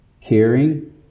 caring